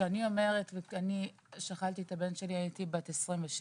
כשאני שכלתי את הבן שלי הייתי בת 27,